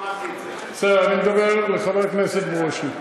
תדבר בלשון רבים.